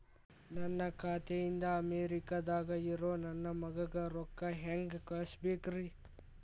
ನನ್ನ ಖಾತೆ ಇಂದ ಅಮೇರಿಕಾದಾಗ್ ಇರೋ ನನ್ನ ಮಗಗ ರೊಕ್ಕ ಹೆಂಗ್ ಕಳಸಬೇಕ್ರಿ?